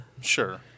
Sure